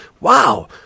wow